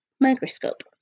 microscope